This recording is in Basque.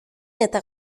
eta